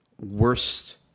worst